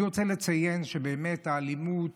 אני רוצה לציין שבאמת האלימות